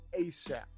ASAP